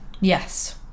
Yes